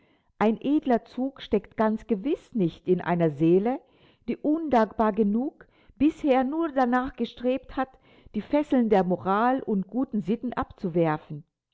ein edler zug steckt ganz gewiß nicht in einer seele die undankbar genug bisher nur danach gestrebt hat die fesseln der moral und guten sitten abzuwerfen